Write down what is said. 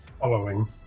Following